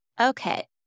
Okay